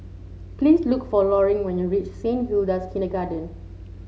please look for Loring when you reach Saint Hilda's Kindergarten